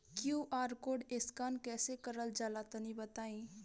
QR code scan कैसे क़रल जला तनि बताई?